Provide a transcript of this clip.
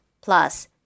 plus